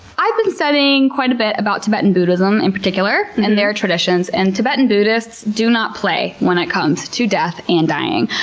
i've been studying quite a bit about tibetan buddhism, in particular, and their traditions and tibetan buddhists do not play when it comes to death and dying.